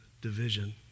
division